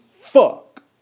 fuck